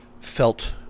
felt